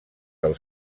del